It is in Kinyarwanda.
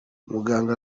umuganga